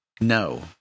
no